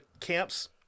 camps